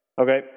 Okay